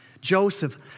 Joseph